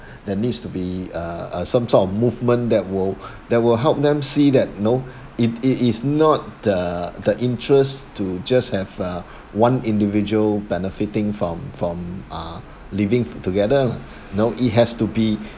there needs to be uh uh some sort of movement that will that will help them see that you know it it is not uh the interest to just have uh one individual benefiting from from uh living together you know it has to be